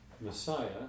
Messiah